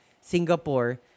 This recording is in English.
Singapore